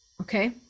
Okay